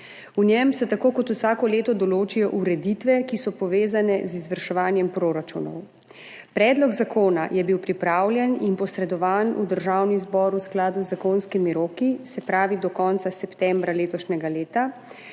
V njem se tako kot vsako leto določijo ureditve, ki so povezane z izvrševanjem proračunov. Predlog zakona je bil pripravljen in posredovan v Državni zbor v skladu z zakonskimi roki, se pravi do konca septembra letošnjega leta,